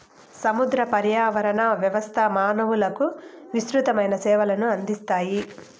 సముద్ర పర్యావరణ వ్యవస్థ మానవులకు విసృతమైన సేవలను అందిస్తాయి